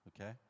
Okay